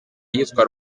iyitwa